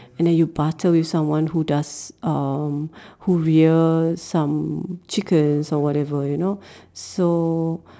and then you barter with someone who does uh who rear some chicken some whatever you know so